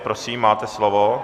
Prosím, máte slovo.